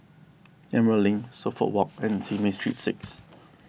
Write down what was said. Emerald Link Suffolk Walk and Simei Street six